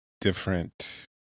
different